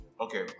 okay